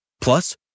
Plus